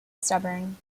stubborn